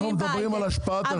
אנחנו מדברים על השפעת הרפורמה.